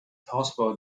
possible